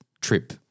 trip